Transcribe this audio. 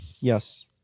Yes